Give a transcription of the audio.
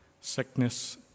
sickness